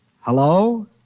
Hello